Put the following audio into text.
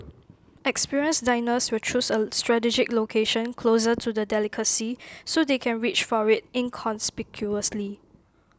experienced diners will choose A strategic location closer to the delicacy so they can reach for IT inconspicuously